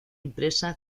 impresa